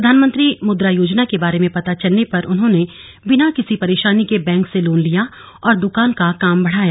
प्रधानमंत्री मुद्रा योजना के बारे में पता चलने पर उन्होंने बिना किसी परेशानी के बैंक से लोन लिया और दुकान का काम बढ़ाया